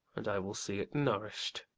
and i will see it nourish'd.